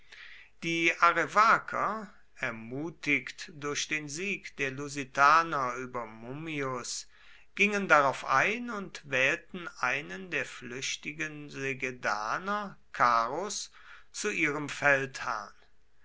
die arevaker ermutigt durch den sieg der lusitaner über mummius gingen darauf ein und wählten einen der flüchtigen segedaner karus zu ihrem feldherrn